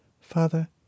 Father